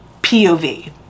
POV